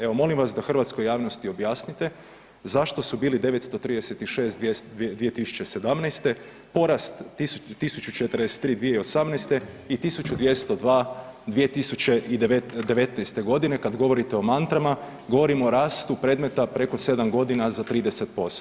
Evo molim vas da hrvatskoj javnosti objasnite zašto su bili 936 2017. porast 1043 2018. i 1022 2019. godine kad govorite o mantrama, govorimo o rastu predmeta preko 7 godina za 30%